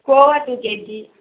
Goa two KG